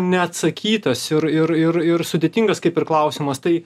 neatsakytas ir ir ir ir sudėtingas kaip ir klausimas tai